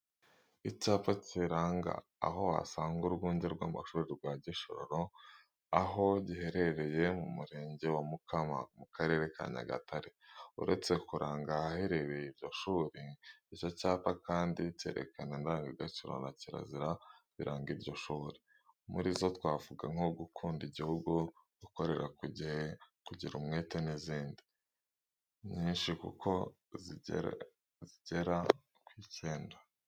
Icyapa kiranga aho wasanga urwunge rw'amashuri wa Gishororo, aho giherereye mu murenge wa Mukama mu karere ka Nyagatare. Uretse kuranga ahaherereye iryo shuri, icyo cyapa kandi kerekana indangagaciro na kirazira biranga iryo suri. Muri zo twavuga nko gukunda igihugu, gukorera ku gihe, kugira umwete n'izindi nyinshi kuko zigera ku icyenda.